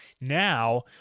now